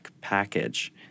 package